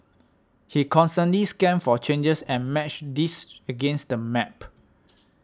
he constantly scanned for changes and matched these against the map